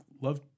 love